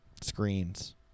screens